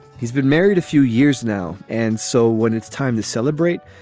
he's been married a few years now and so when it's time to celebrate,